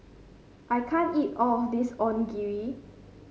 I can't eat all of this Onigiri